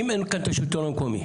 אם אין כאן את השלטון המקומי,